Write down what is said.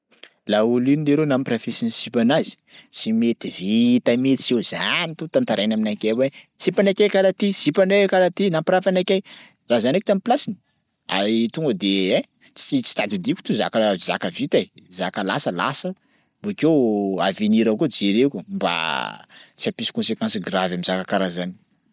Laolo iny leroa nampirafesin'ny sipanazy tsy mety vita mihitsy io zany to tantarainy aminakay hoe sipanakay karaha ty sipanahy karaha ty nampirafy anakay, raha za ndraiky tam'plasiny ay tonga de ein ts- tsy tadidiko to zaka ra- zaka vita e, zaka lasa lasa bôkeo avenira koa jereko mba tsy hampisy conséquence gravy am'zaka karaha zany.